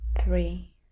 Three